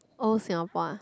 old Singapore ah